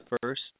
first